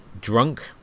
drunk